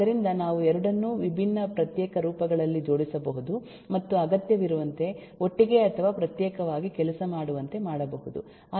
ಆದ್ದರಿಂದ ನಾವು ಎರಡನ್ನೂ ವಿಭಿನ್ನ ಪ್ರತ್ಯೇಕ ರೂಪಗಳಲ್ಲಿ ಜೋಡಿಸಬಹುದು ಮತ್ತು ಅಗತ್ಯವಿರುವಂತೆ ಒಟ್ಟಿಗೆ ಅಥವಾ ಪ್ರತ್ಯೇಕವಾಗಿ ಕೆಲಸ ಮಾಡುವಂತೆ ಮಾಡಬಹುದು